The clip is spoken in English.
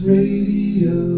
Radio